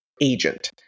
agent